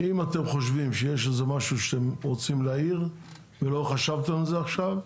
אם אתם חושבים שיש איזה משהו שאתם רוצים להעיר ולא חשבתם על זה עכשיו,